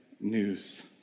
news